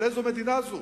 אבל איזו מדינה זו?